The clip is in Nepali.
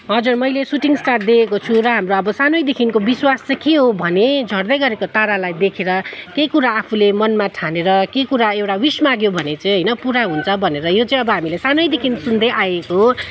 हजुर मैले सुटिङ स्टार देखेको छुइनँ र हाम्रो सानैदेखिको विश्वास चाहिँ के हो भने झर्दै गरेको तारालाई देखेर केही कुरा आफूले मनमा ठानेर केही कुरा एउटा ह्वीस माग्यो भने चाहिँ होइन पुरा हुन्छ भनेर यो चाहिँ अब हामीले सानैदेखि सुन्दै आएको हो